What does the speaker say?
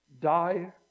die